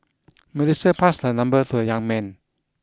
Melissa passed her number to a young man